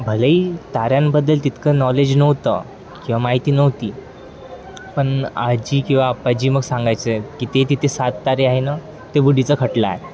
भलेही ताऱ्यांबद्दल तितकं नॉलेज नव्हतं किंवा माहिती नव्हती पण आजी किंवा अप्पाजी मग सांगायचे की ते तिथे सात तारे आहे न ते बुढ्डीचा खटला आहे